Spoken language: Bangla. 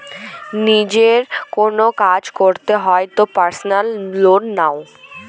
নিজের কোনো কাজ করতে হয় তো পার্সোনাল লোন হয়